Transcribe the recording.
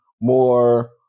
more